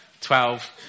twelve